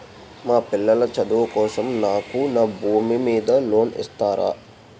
మా పిల్లల చదువు కోసం నాకు నా భూమి మీద లోన్ ఇస్తారా?